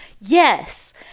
Yes